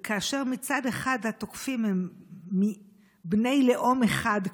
כאשר מצד אחד התוקפים הם בני לאום אחד,